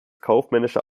kaufmännischer